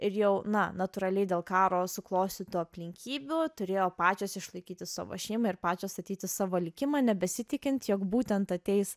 ir jau na natūraliai dėl karo suklostytų aplinkybių turėjo pačios išlaikyti savo šeimą ir pačios statyti savo likimą nebesitikint jog būtent ateis